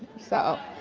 so.